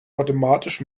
mathematisch